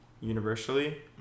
universally